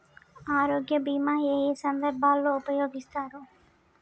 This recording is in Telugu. ఆరోగ్య బీమా ఏ ఏ సందర్భంలో ఉపయోగిస్తారు?